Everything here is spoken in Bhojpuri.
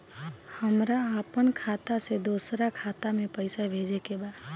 हमरा आपन खाता से दोसरा खाता में पइसा भेजे के बा